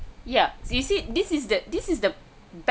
ya you see this is the this is the